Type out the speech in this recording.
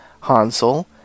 Hansel